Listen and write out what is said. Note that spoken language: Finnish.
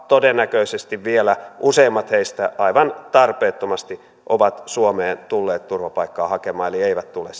todennäköisesti vielä useimmat heistä aivan tarpeettomasti ovat suomeen tulleet turvapaikkaa hakemaan eli eivät tule